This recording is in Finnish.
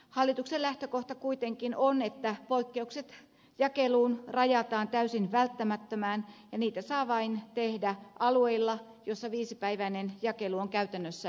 hallituksen lähtökohta kuitenkin on että poikkeukset jakeluun rajataan täysin välttämättömään ja niitä saa vain tehdä alueilla joilla viisipäiväinen jakelu on käytännössä mahdotonta